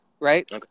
right